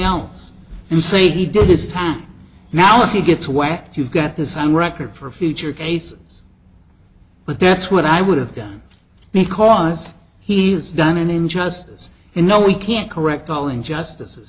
else and say he did his time now if he gets whacked you've got this on record for future cases but that's what i would have done because he has done an injustice and now we can't correct all injustices